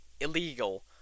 illegal